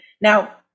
Now